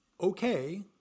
okay